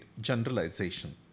generalization